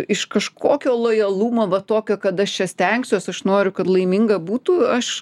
iš kažkokio lojalumo va tokio kad aš čia stengsiuos aš noriu kad laiminga būtų aš